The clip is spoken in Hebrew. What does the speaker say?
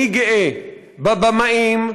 אני גאה בבמאים,